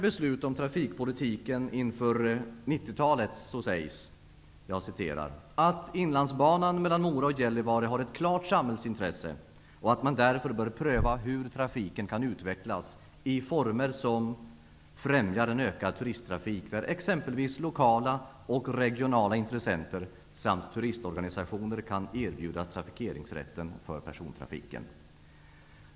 1990-talet sägs bl.a.: ''att inlandsbanan mellan Mora och Gällivare har ett klart samhällsintresse och att man därför bör pröva hur trafiken kan utvecklas i former som främjar en ökad turisttrafik där exempelvis lokala och regionala intressenter samt turistorganisationer kan erbjudas trafikeringsrätten för persontrafiken''.